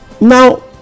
now